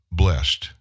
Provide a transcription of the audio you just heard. blessed